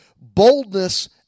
boldness